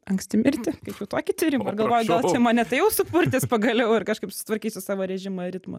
anksti mirti kaip jau tokį tyrimą galvoju gal čia mane tai jau supurtys pagaliau ir kažkaip susitvarkysiu savo režimą ritmą